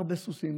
הרבה סוסים,